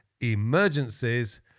emergencies